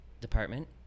department